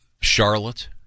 Charlotte